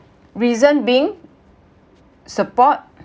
reason being support